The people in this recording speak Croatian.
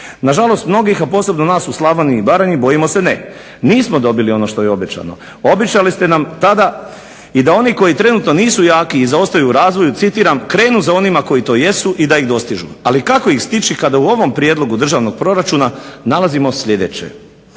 Nažalost mnogih a posebno nas u Slavoniji i Baranji bojimo se ne. Nismo dobili ono što je obećano. Obećali ste nam tada i da oni koji trenutno nisu jaki i zaostaju u razvoju, citiram, krenu za onima koji to jesu i da ih dostižu, ali kako ih stići kada u ovom prijedlogu državnog proračuna nalazimo sljedeće.